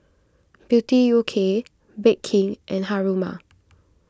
Beauty U K Bake King and Haruma